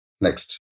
Next